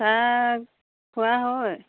চাহ খোৱা হয়